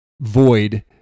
void